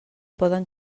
poden